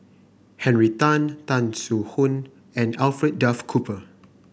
Henry Tan Tan Soo Khoon and Alfred Duff Cooper